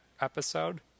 episode